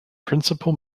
principal